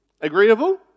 Agreeable